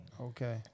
Okay